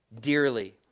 dearly